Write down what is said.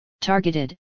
targeted